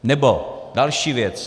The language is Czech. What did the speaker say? Nebo další věc.